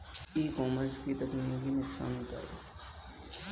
ई commerce के तकनीकी नुकसान बताएं?